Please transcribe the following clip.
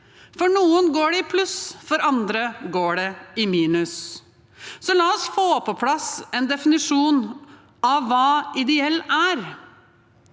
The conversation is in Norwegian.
For noen går det i pluss, for andre går det i minus. Så la oss få på plass en definisjon av hva ideell er.